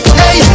hey